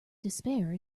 despair